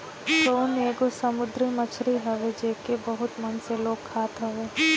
prawn एगो समुंदरी मछरी हवे जेके बहुते मन से लोग खात हवे